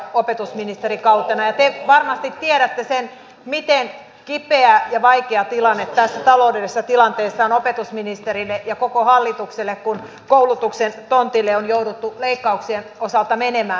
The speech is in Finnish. ja te varmasti tiedätte sen miten kipeä ja vaikea tilanne tässä taloudellisessa tilanteessa on opetusministerille ja koko hallitukselle kun koulutuksen tontille on jouduttu leikkauksien osalta menemään